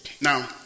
Now